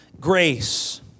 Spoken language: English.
grace